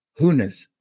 hunas